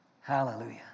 Hallelujah